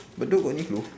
bedok got Uniqlo